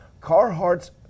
Carhartt's